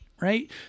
right